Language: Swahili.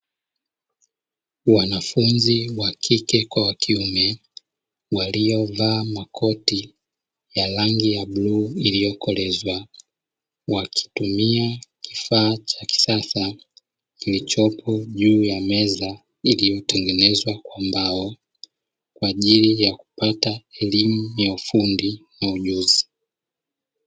Wanafunzi wa kike kwa wakiume waliovaa makoti ya rangi ya bluu iliyokolezwa wakitumia kifaa cha kisasa kilichopo juu ya meza iliyo tengenezwa kwa mbao kwa ajiri ya kupata elimu ya ufundi na ujuzi.